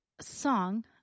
song